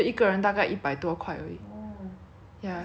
ya that's quite cheap and the place that we stayed was like quite good also